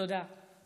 תודה.